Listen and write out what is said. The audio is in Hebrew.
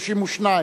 32,